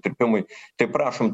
trypimui tai prašom